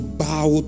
bow